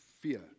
fear